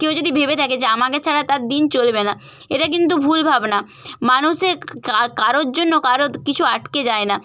কেউ যদি ভেবে থাকে যে আমাকে ছাড়া তার দিন চলবে না এটা কিন্তু ভুল ভাবনা মানুষের কা কারোর জন্য কারও দ্ কিছু আটকে যায় না